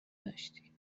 داشتی